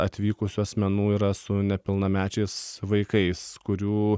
atvykusių asmenų yra su nepilnamečiais vaikais kurių